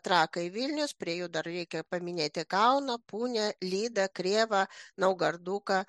trakai vilnius prie jų dar reikia paminėti kauną punią lydą krėvą naugarduką